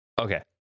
Okay